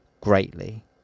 greatly